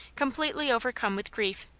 completely overcome with grief.